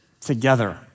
together